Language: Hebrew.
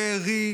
מבארי,